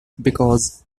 because